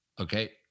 Okay